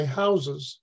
houses